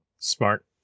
Smart